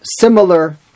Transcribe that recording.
similar